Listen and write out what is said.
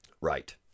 Right